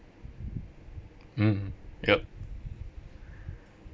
mmhmm yup